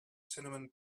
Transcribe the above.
cinnamon